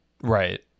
right